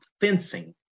fencing